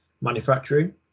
manufacturing